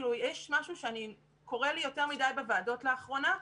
כי יש משהו שקורה לי יותר מדי בוועדות לאחרונה,